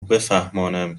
بفهمانم